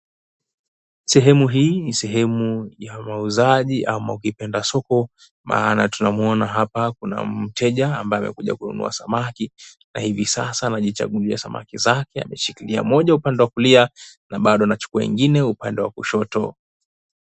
Sehemu hii ni sehemu ya wauzaji ama ukipenda soko. Maana tunamuona hapa Kuna mteja ambaye amekuja kununua samaki na hivi sasa anajichagulia samaki zake ameshikilia moja upande wa kulia, na bado anachukua ingine upande wa kushoto.